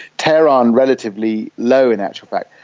tehran relatively low in actual fact.